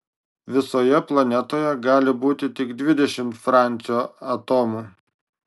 visoje planetoje gali būti tik dvidešimt francio atomų